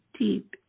deep